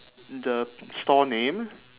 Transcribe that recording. the store name